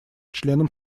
членам